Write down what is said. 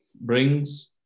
brings